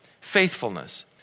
faithfulness